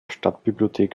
stadtbibliothek